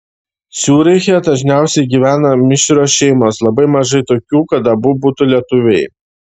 ciuriche dažniausiai gyvena mišrios šeimos labai mažai tokių kad abu būtų lietuviai